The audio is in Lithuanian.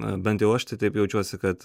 na bent jau aš tai taip jaučiuosi kad